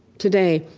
today,